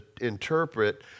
interpret